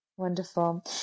Wonderful